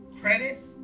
credit